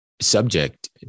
subject